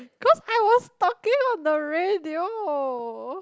cause I was talking on the radio